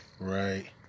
Right